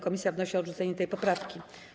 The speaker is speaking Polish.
Komisja wnosi o odrzucenie tej poprawki.